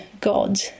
god